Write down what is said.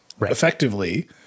effectively